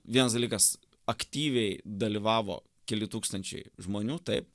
vienas dalykas aktyviai dalyvavo keli tūkstančiai žmonių taip